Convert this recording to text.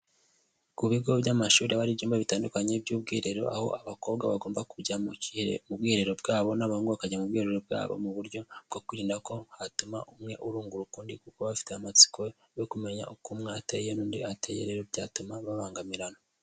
Ku bigo by'amashuri haba hari ibyumba bitandukanye by'ubwiherero, aho abakobwa bagomba kujya mu ubwiherero bwabo n'abahungu bakajya mu bwiherero bwabo. Mu buryo bwo kwirinda ko hatuma umwe urunguruka undi kuko bafite amatsiko yo kumenya uko mwe ateye n'undi ateye, rero byatuma babangamirana.